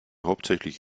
hauptsächlich